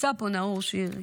נמצא פה נאור שירי,